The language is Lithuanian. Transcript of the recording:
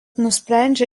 nusprendžia